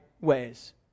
ways